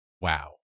wow